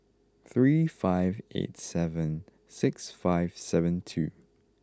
three five eight seven six five seven two